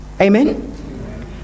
Amen